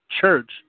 church